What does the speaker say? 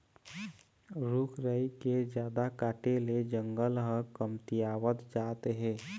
रूख राई के जादा काटे ले जंगल ह कमतियावत जात हे